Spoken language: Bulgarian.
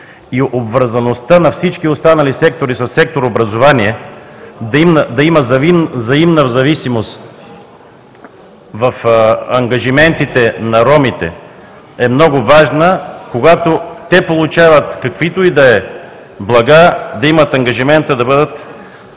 Обвързаността на всички останали сектори със сектор „Образование“ – да има взаимна зависимост в ангажиментите на ромите, е много важна. Когато те получават каквито и да е блага, да имат ангажимента да бъдат